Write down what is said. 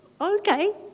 okay